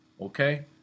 okay